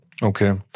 Okay